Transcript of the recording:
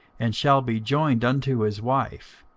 and shall be joined unto his wife,